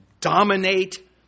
dominate